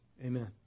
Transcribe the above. Amen